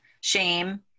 shame